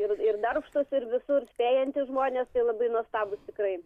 ir ir darbštūs ir visur spėjantys žmonės tai labai nuostabūs tikrai